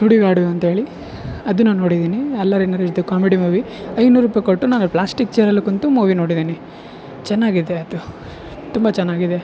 ಸೂಡಿಗಾಡು ಅಂತೇಳಿ ಅದು ನಾನು ನೋಡಿದೀನಿ ಅಲ್ಲಾರಿ ನರೇಶ್ದು ಕಾಮಿಡಿ ಮೂವಿ ಐನೂರು ರೂಪಾಯಿ ಕೊಟ್ಟು ನಾನು ಪ್ಲಾಸ್ಟಿಕ್ ಚೇರಲ್ಲಿ ಕುಂತು ಮೂವಿ ನೋಡಿದೀನಿ ಚೆನ್ನಾಗಿದೆ ಅದು ತುಂಬ ಚೆನ್ನಾಗಿದೆ